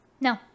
No